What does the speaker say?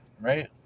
right